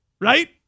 right